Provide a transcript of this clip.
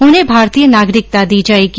उन्हें भारतीय नागरिकता दी जाएगी